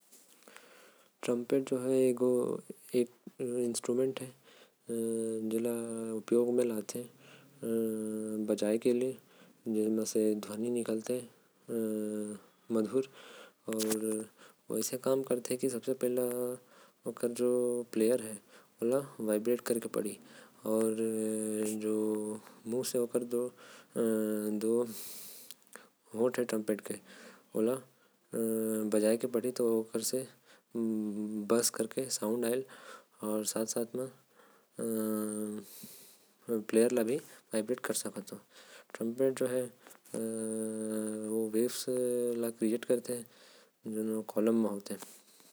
ट्रम्पेट जो हे ओ एगो संगीत बजाए वाला इंस्ट्रूमेंट हे। जेला उपयोग म लाते ओल बजाए बर जो ओकर प्लेयर हे। ओला वाइब्रेट करे ला पढ़ीं। ओकर बाद मुंह से ओकर जो होंठ हे। ट्रम्पेट के ओला बजाए के पढ़ीं। बज कर के आवाज आते ओमा से। और साथ में प्लेयलर ले भी वाइब्रेट करते।